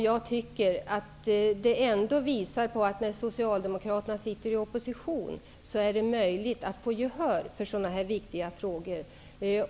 Jag tycker att det visar att det även när Socialdemokraterna sitter i opposition är möjligt att få gehör i sådana här viktiga frågor.